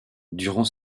durant